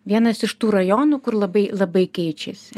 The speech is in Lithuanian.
vienas iš tų rajonų kur labai labai keičiasi